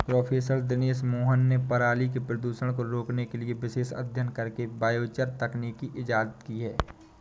professor Dinesh Mohan ने पराली के प्रदूषण को रोकने के लिए विशेष अध्ययन करके बायोचार तकनीक इजाद की है